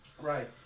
Right